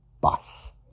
bus